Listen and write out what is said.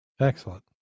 Excellent